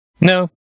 no